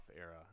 era